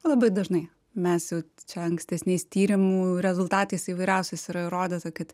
labai dažnai mes jau čia ankstesniais tyrimų rezultatais įvairiausiais yra įrodyta kad